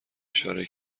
اشاره